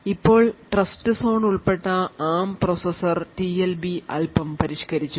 ഇപ്പോൾ ട്രസ്റ്സോൺ ഉൾപ്പെട്ട ARM processor TLB അൽപ്പം പരിഷ്ക്കരിച്ചു